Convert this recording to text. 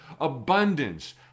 abundance